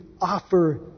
offer